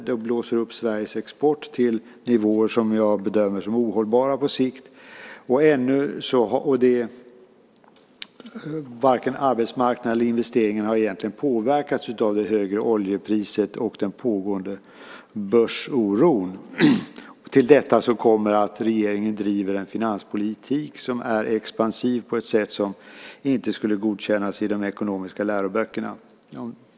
Det blåser upp Sveriges export till nivåer som jag bedömer som ohållbara på sikt. Varken arbetsmarknaden eller investeringarna har egentligen påverkats av det högre oljepriset och den pågående börsoron. Till detta kommer att regeringen driver en finanspolitik som är expansiv på ett sätt som inte skulle godkännas i de ekonomiska läroböckerna.